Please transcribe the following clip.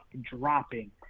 dropping